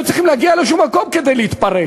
היו צריכים להגיע למקום כלשהו כדי להתפרק,